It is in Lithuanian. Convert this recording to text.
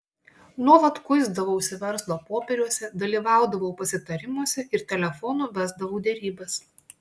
nuolat kuisdavausi verslo popieriuose dalyvaudavau pasitarimuose ir telefonu vesdavau derybas